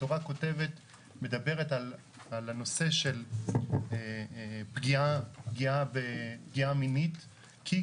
התורה מדברת על הנושא של פגיעה מינית "כי